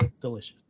delicious